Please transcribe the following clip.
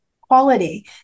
quality